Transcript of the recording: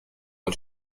حال